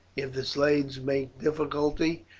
if the slaves make difficulty,